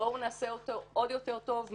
בואו נעשה אותו עוד יותר טוב,